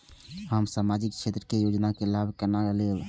हम सामाजिक क्षेत्र के योजना के लाभ केना लेब?